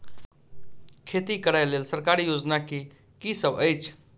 खेती करै लेल सरकारी योजना की सब अछि?